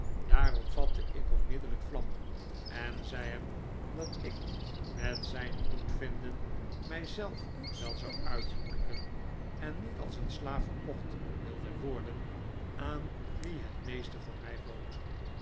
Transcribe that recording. daarop vatte ik onmiddellijk vlam en zei hem dat ik met zijn goedvinden mij zelf wel zou uithuwelijken en niet als een slaaf verkocht wilde worden aan wie het meeste voor mij bood